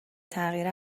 تغییر